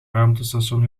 ruimtestation